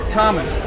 Thomas